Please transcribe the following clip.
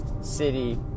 city